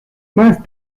más